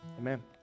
Amen